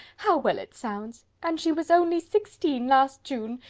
how well it sounds! and she was only sixteen last june.